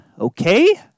okay